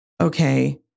Okay